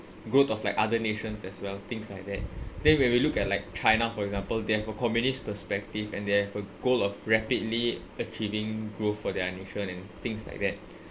growth of like other nations as well things like that then when we look at like china for example they have a communist perspective and they have a goal of rapidly achieving growth for their nation and things like that